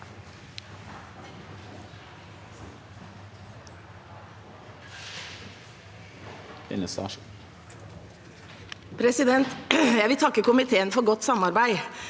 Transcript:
for saken): Jeg vil takke komiteen for godt samarbeid.